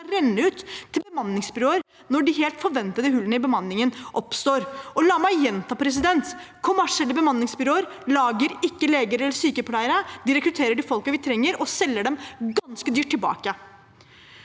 renne ut til bemanningsbyråer når de helt forventede hullene i bemanningen oppstår. La meg gjenta: De kommersielle bemanningsbyråene lager ikke leger eller sykepleiere. De rekrutterer de folkene vi trenger, og selger dem ganske dyrt tilbake.